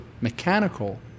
mechanical